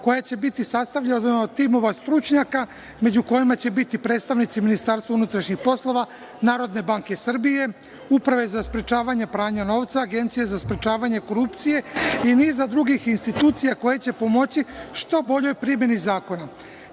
koja će biti sastavljena od timova stručnjaka među kojima će biti predstavnici MUP-a, Narodne banke Srbije, Uprave za sprečavanje pranja novca, Agencije za sprečavanje korupcije i niza drugih institucija koje će pomoći što boljoj primeni zakona. Posebna